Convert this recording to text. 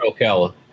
Ocala